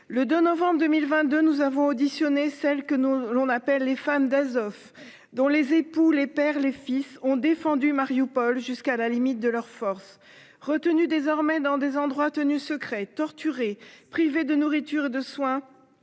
Le 2 novembre 2022. Nous avons auditionné celle que nous on appelle les femmes d'Azov dont les époux les père les fils ont défendu Marioupol jusqu'à la limite de leurs forces retenu désormais dans des endroits tenus secrets. Privés de nourriture, de soins.